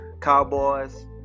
Cowboys